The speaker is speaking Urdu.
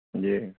جی